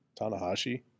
tanahashi